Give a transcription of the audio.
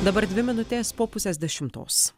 dabar dvi minutės po pusės dešimtos